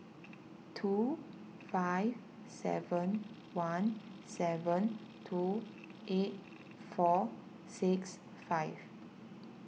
two five seven one seven two eight four six five